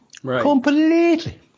Completely